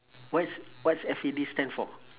what's what's F A D stand for